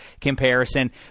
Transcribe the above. comparison